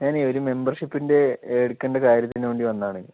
ഞാൻ ഒരു മെമ്പർഷിപ്പിൻ്റെ എടുക്കേണ്ട കാര്യത്തിനുവേണ്ടി വന്നതാണ്